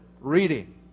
reading